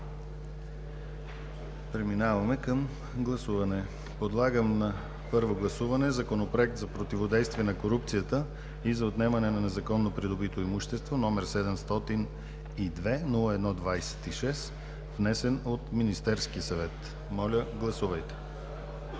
Закривам разискванията. Подлагам на първо гласуване Законопроект за противодействие на корупцията и за отнемане на незаконно придобитото имущество, № 702-01-26, внесен от Министерския съвет. Гласували